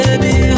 Baby